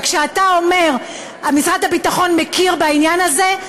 וכשאתה אומר שמשרד הביטחון מכיר בעניין הזה,